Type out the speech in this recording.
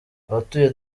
abatuye